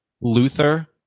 luther